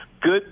good